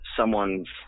someone's